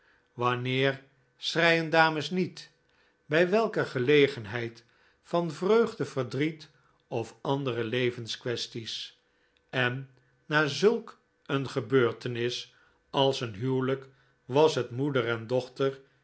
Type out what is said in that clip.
wanneer schreien dames niet bij welke gelegenheid van vreugde verdriet of andere levensquaesties en na zulk een gebeurtenis als een huwelijk was het moeder en dochter